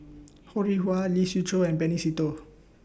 Ho Rih Hwa Lee Siew Choh and Benny Se Teo